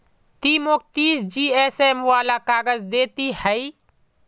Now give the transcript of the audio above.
ती मौक तीस जीएसएम वाला काग़ज़ दे ते हैय्